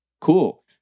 Cool